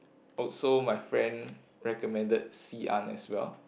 also my friend recommended Xi-an as well